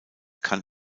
kann